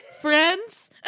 friends